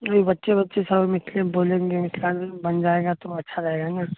अभी बच्चे वच्चे सब मैथिलीमे बोलेंगे मिथिला बन जाएगा तो अच्छा रहेगा न